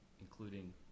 including